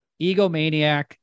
egomaniac